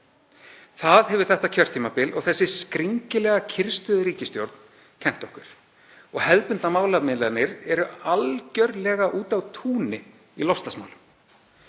Það hefur þetta kjörtímabil og þessi skringilega kyrrstöðuríkisstjórn kennt okkur. Og hefðbundnar málamiðlanir eru algerlega úti á túni í loftslagsmálum.